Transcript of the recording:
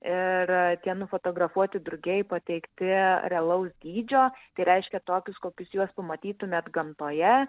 ir tie nufotografuoti drugiai pateikti realaus dydžio tai reiškia tokius kokius juos pamatytumėt gamtoje